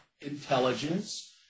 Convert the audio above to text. intelligence